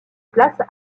place